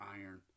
iron